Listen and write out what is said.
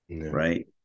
right